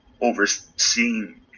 overseeing